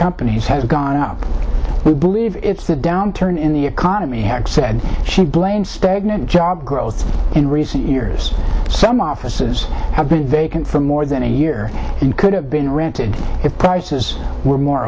companies has gone up we believe it's the downturn in the economy has said she blamed stagnant job growth in recent years some offices have been vacant for more than a year and could have been rented if prices were more